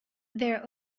their